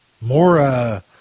More